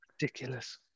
Ridiculous